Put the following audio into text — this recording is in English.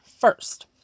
first